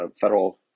federal